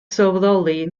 sylweddoli